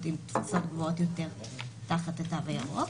עם תפוסות גבוהות יותר תחת התו הירוק.